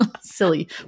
Silly